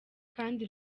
kandi